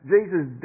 Jesus